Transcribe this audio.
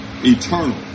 eternal